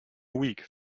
week